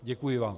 Děkuji vám.